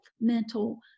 mental